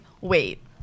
wait